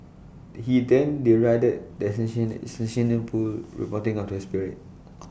he then derided the reporting of the spirit